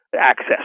access